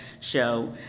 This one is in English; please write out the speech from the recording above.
show